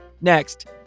Next